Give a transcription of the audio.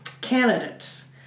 candidates